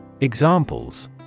Examples